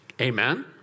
Amen